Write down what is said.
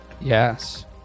Yes